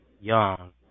young